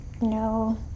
No